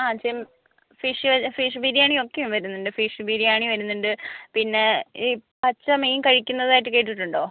ആ ചെമ് ഫിഷ് വെ ഫിഷ് ബിരിയാണിയൊക്കെയും വരുന്നുണ്ട് ഫിഷ് ബിരിയാണി വരുന്നുണ്ട് പിന്നെ ഈ പച്ചമീൻ കഴിക്കുന്നതായിട്ട് കേട്ടിട്ടുണ്ടോ